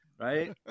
right